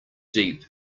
deep